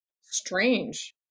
strange